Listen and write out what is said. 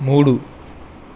మూడు